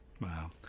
Wow